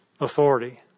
authority